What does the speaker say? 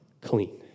clean